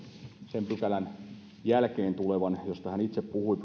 sen pykälän josta hän itse puhui